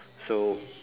so